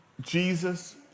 Jesus